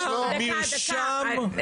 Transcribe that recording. מרשם.